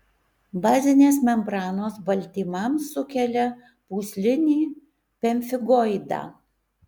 bazinės membranos baltymams sukelia pūslinį pemfigoidą